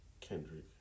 Kendrick